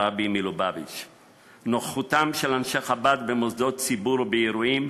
הרבי מלובביץ'; נוכחותם של אנשי חב"ד במוסדות ציבור ובאירועים,